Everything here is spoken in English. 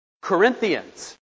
Corinthians